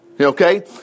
okay